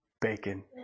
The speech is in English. bacon